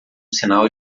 sinal